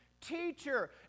teacher